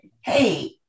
hey